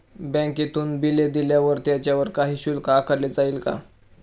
बँकेतून बिले दिल्यावर त्याच्यावर काही शुल्क आकारले जाईल का?